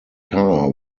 car